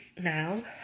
now